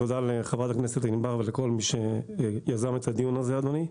תודה לחברת הכנסת ענבר ולכל מי שיזם את הדיון הזה אדוני.